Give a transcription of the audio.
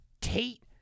Tate